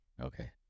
Okay